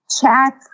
chat